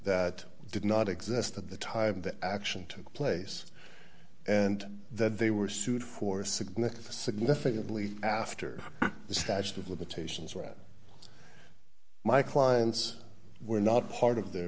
that did not exist at the time that action took place and that they were sued for significant significantly after the statute of limitations ran my clients were not part of the